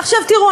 עכשיו תראו,